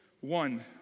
one